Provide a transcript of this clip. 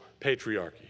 patriarchy